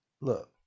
Look